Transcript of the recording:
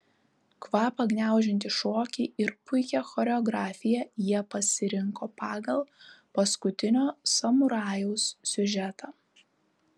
kvapą gniaužiantį šokį ir puikią choreografiją jie pasirinko pagal paskutinio samurajaus siužetą